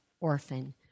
orphan